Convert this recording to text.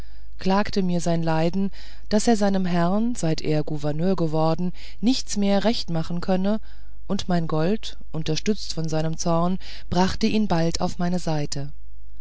klagte mir sein leiden daß er seinem herrn seit er gouverneur geworden nichts mehr recht machen könne und mein gold unterstützt von seinem zorn brachte ihn bald auf meine seite